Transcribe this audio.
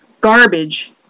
garbage